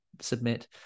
submit